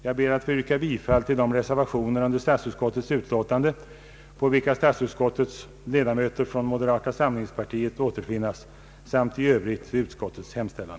Jag ber att vid punkten 1 få yrka bifall till reservationen.